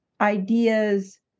ideas